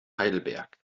heidelberg